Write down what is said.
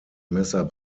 messer